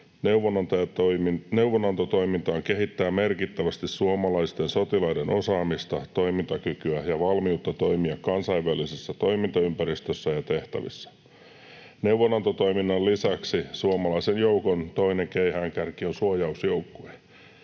neuvonantotoimintaan kehittää merkittävästi suomalaisten sotilaiden osaamista, toimintakykyä ja valmiutta toimia kansainvälisessä toimintaympäristössä ja tehtävissä. Neuvonantotoiminnan lisäksi suomalaisen joukon toinen keihäänkärki on suojausjoukkue.